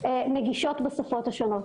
נגישות בשפות השונות?